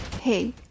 Hey